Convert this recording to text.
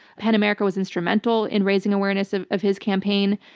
pen america was instrumental in raising awareness of of his campaign.